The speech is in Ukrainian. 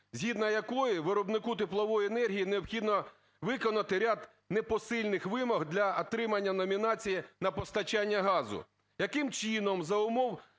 згідно якої виробнику теплової енергії необхідно виконати ряд непосильних вимог для отримання номінації на постачання газу?